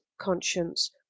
conscience